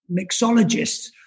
mixologists